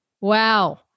wow